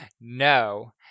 no